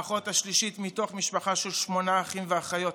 האחות השלישית מתוך משפחה של שמונה אחים ואחיות,